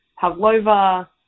pavlova